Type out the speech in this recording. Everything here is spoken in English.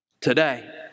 today